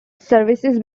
services